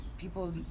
people